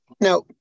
Now